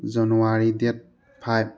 January date five